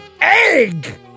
Egg